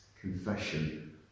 Confession